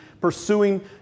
pursuing